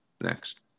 Next